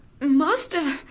Master